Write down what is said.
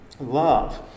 Love